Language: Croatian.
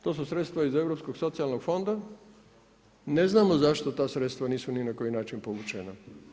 To su sredstva iz Europskog socijalnog fonda, ne znamo zašto ta sredstva nisu ni na koji način povućena.